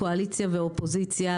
קואליציה ואופוזיציה,